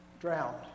drowned